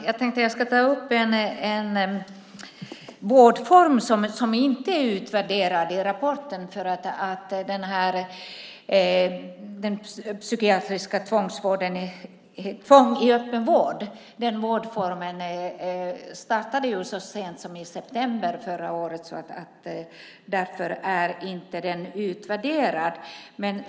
Fru talman! Jag tänker ta upp en vårdform som inte utvärderats i rapporten. Vårdformen tvång i öppen vård startade man med så sent som i september förra året. Därför är den inte utvärderad.